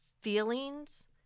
feelings